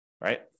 right